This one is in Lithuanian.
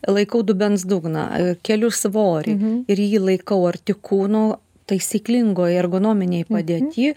laikau dubens dugną keliu svorį ir jį laikau arti kūno taisyklingoj ergonominėj padėty